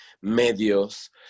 ...medios